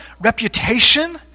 reputation